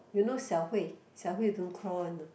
you know Xiao-Hui Xiao-Hui don't crawl one you know